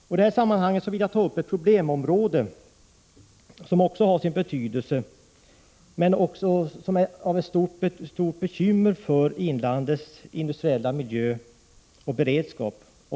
I detta sammanhang vill jag ta upp ett problemområde som har sin betydelse men också utgör ett stort bekymmer för inlandets industriella miljö och beredskap.